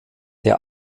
der